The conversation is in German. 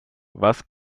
was